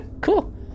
Cool